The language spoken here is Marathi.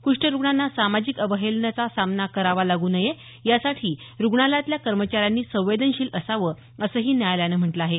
कुष्ठरुग्णांना सामाजिक अवहेलनेचा सामना करावा लागू नये यासाठी रुग्णालयातल्या कर्मचाऱ्यांनी संवेदनशील असावं असंही न्यायालयानं म्हटलं आहे